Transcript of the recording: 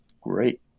Great